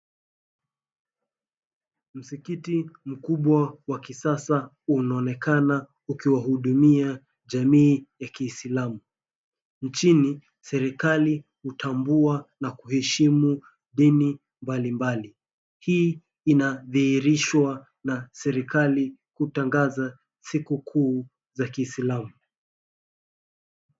Msikiti mkubwa wa kisasa unaonekana ukiwahudumia jamii ya kiislamu. Nchini serikali hutambua na kuheshimu dini mbalimbali. Hii inadhihirishwa na serikali kutangaza siku kuu za kiislamu.